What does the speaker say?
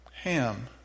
Ham